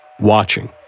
watching